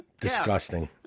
disgusting